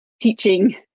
teaching